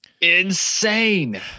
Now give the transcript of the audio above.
Insane